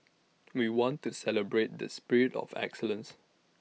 we want to celebrate this spirit of excellence